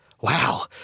Wow